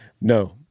no